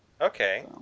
Okay